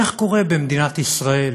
איך קורה שבמדינת ישראל